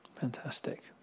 fantastic